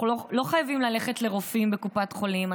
אנחנו לא חייבים ללכת לרופאים בקופת חולים,